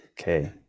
Okay